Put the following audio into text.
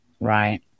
Right